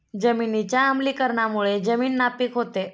जमिनीच्या आम्लीकरणामुळे जमीन नापीक होते